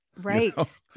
Right